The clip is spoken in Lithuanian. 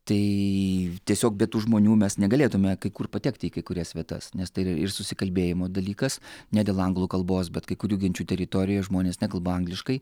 tai tiesiog be tų žmonių mes negalėtume kai kur patekti į kai kurias vietas nes tai yra ir susikalbėjimo dalykas ne dėl anglų kalbos bet kai kurių genčių teritorijoje žmonės nekalba angliškai